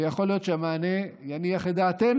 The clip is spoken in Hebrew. ויכול להיות שהמענה יניח את דעתנו,